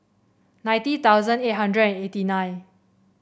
ninety thousand eight hundred and eighty nine